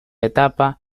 etapa